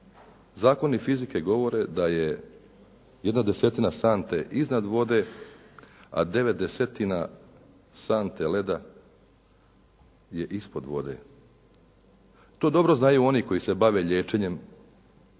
zakoni fizike govore da je jedna desetina sante iznad vode, a devet desetine sante leda je ispod vode. To dobro znaju oni koji se bave liječenjem